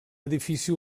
edifici